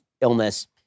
illness